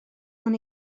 hwn